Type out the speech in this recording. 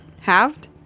halved